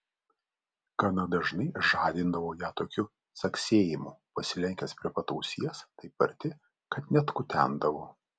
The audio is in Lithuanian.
gana dažnai žadindavo ją tokiu caksėjimu pasilenkęs prie pat ausies taip arti kad net kutendavo